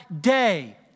day